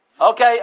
Okay